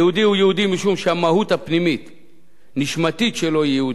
היהודי הוא יהודי משום שהמהות הפנימית-נשמתית שלו היא יהודית.